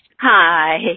Hi